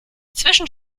zwischen